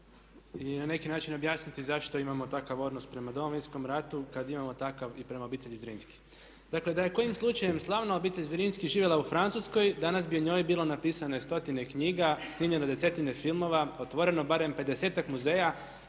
i na neki način objasniti zašto imamo takav odnos prema Domovinskom ratu kad imamo takav i prema obitelji Zrinski. Dakle, da je kojim slučajem slavna obitelj Zrinski živjela u Francuskoj danas bi o njoj bilo napisano stotine knjiga i snimljeno desetine filmova, otvoreno barem 50-ak muzeja.